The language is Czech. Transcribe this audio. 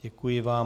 Děkuji vám.